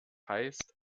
heißt